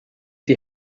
die